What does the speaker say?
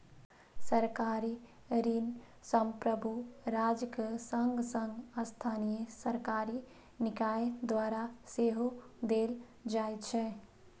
सरकारी ऋण संप्रभु राज्यक संग संग स्थानीय सरकारी निकाय द्वारा सेहो देल जाइ छै